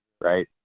Right